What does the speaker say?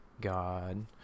God